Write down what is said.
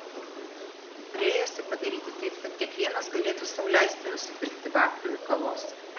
norėjosi padaryti taip kad kiekvienas galėtų sau leisti nusipirkti vaflių ir kavos